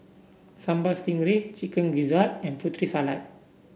Sambal Stingray Chicken Gizzard and Putri Salad